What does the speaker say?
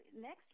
next